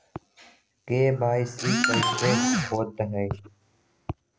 KYC कैसे होतई?